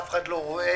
אף אחד לא רואה,